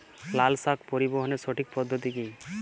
লালশাক পরিবহনের সঠিক পদ্ধতি কি?